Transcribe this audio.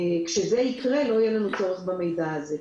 כשזה יקרה, כבר לא יהיה לנו צורך במידע הזה.